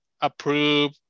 approve